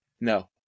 No